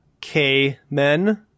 K-Men